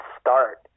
start